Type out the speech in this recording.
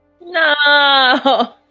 No